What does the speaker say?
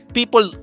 People